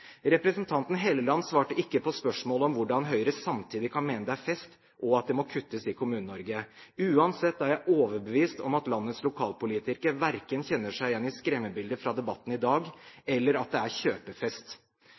Representanten Trond Helleland svarte ikke på spørsmålet om hvordan Høyre kan mene det er fest, og samtidig mene at det må kuttes i Kommune-Norge. Uansett er jeg overbevist om at landets lokalpolitikere verken kjenner seg igjen i skremmebildet fra debatten i dag